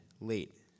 late